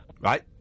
Right